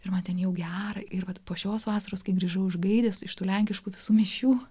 pirmadienį jau gea ir vat po šios vasaros kai grįžau iš gaidės iš tų lenkiškų visų mišių